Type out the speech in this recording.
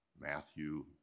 Matthew